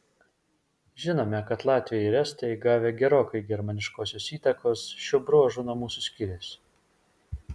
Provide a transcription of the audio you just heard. žinome kad latviai ir estai gavę gerokai germaniškosios įtakos šiuo bruožu nuo mūsų skiriasi